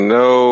no